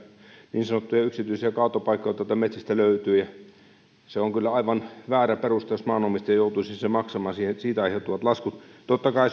niin sanottuja yksityisiä kaatopaikkoja tuolta metsistä löytyy ja se on kyllä aivan väärä peruste jos maanomistaja joutuisi maksamaan siitä aiheutuvat laskut totta kai